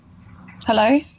Hello